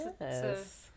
Yes